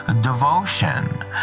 devotion